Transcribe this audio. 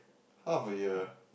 half a year